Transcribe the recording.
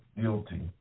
guilty